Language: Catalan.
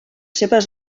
seves